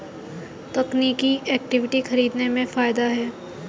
तकनीकी इक्विटी खरीदने में फ़ायदा है